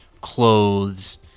clothes